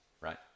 right